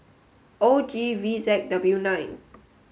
O G V Z W nine